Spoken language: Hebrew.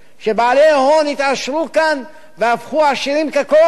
שבעלי הון התעשרו כאן והפכו עשירים כקורח